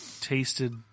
tasted